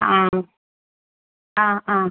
ആ ആ ആ